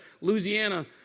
Louisiana